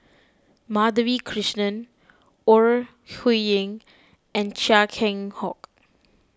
Madhavi Krishnan Ore Huiying and Chia Keng Hock